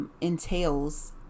entails